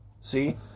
see